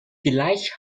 vielleicht